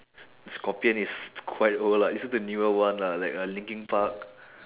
scorpion is quite old lah listen to newer one lah like uh linkin park